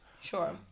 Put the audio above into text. Sure